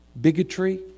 bigotry